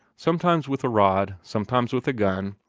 sometimes with a rod, sometimes with a gun,